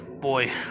boy